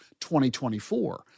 2024